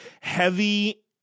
heavy